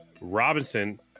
Robinson